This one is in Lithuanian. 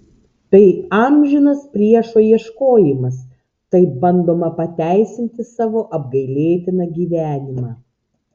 tai amžinas priešo ieškojimas taip bandoma pateisinti savo apgailėtiną gyvenimą